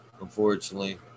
Unfortunately